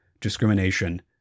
discrimination